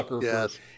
yes